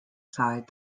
side